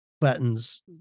button's